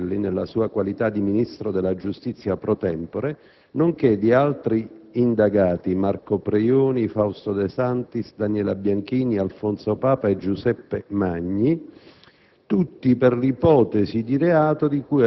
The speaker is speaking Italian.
nei confronti del senatore Roberto Castelli, nella sua qualità di ministro della giustizia *pro tempore*, nonché di altri indagati (Marco Preioni, Fausto De Santis, Daniela Bianchini, Alfonso Papa e Giuseppe Magni)